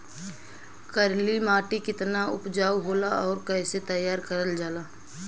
करेली माटी कितना उपजाऊ होला और कैसे तैयार करल जाला?